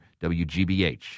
WGBH